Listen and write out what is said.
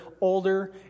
older